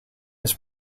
his